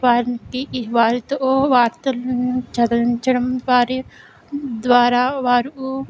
వారికి వారితో వార్తలను చదివించడం వారి ద్వారా వారు